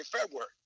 February